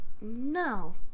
No